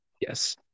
Yes